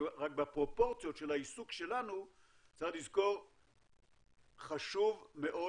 רק בפרופורציות של העיסוק שלנו צריך לזכור שחשוב מאוד